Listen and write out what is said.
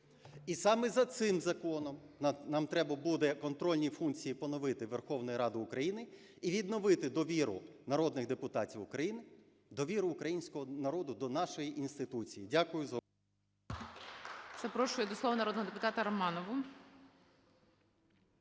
І саме за цим законом нам треба буде контрольні функції поновити Верховної Ради і відновити довіру народних депутатів України, довіру українського народу до нашої інституції. Дякую за увагу.